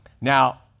Now